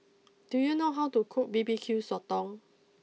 do you know how to cook B B Q Sotong